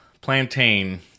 Plantain